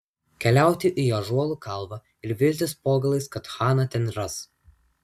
keliauti į ąžuolų kalvą ir viltis po galais kad haną ten ras